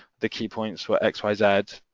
the key points were x, y, z,